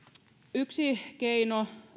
yksi keino